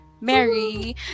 mary